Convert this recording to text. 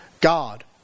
God